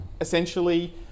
essentially